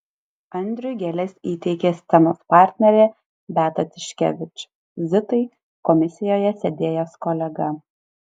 andriui gėles įteikė scenos partnerė beata tiškevič zitai komisijoje sėdėjęs kolega